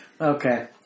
Okay